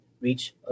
reach